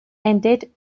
ended